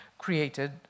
created